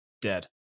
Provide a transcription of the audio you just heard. dead